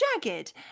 jagged